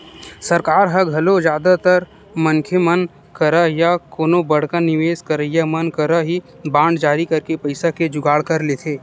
सरकार ह घलो जादातर मनखे मन करा या कोनो बड़का निवेस करइया मन करा ही बांड जारी करके पइसा के जुगाड़ कर लेथे